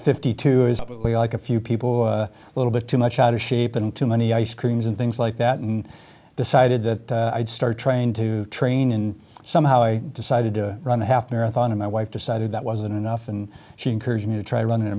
fifty two is like a few people a little bit too much out of shape and too many ice creams and things like that and decided that i'd start trying to train and somehow i decided to run a half marathon and my wife decided that wasn't enough and she encouraged me to try running a